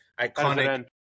iconic